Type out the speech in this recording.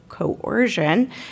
coercion